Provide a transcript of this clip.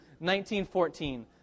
1914